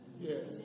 Yes